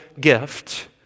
gift